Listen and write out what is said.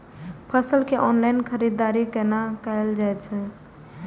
फसल के ऑनलाइन खरीददारी केना कायल जाय छै?